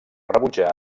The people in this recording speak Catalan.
rebutjar